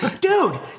Dude